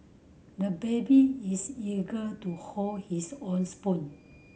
the baby is eager to hold his own spoon